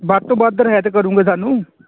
ਵੱਧ ਤੋਂ ਵੱਧ ਰਿਹਾਇਤ ਕਰੂਂਗੇ ਸਾਨੂੰ